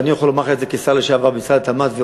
ואני יכול לומר לך את זה כשר לשעבר במשרד התמ"ת,